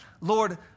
Lord